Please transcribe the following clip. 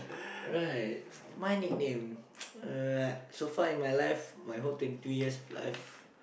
alright my nickname uh so far in my life my whole twenty two years life